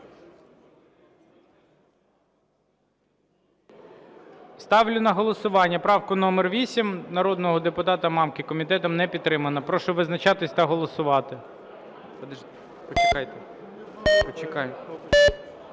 Ставлю на голосування правку номер 8 народного депутата Мамки. Комітетом не підтримана. Прошу визначатись та голосувати.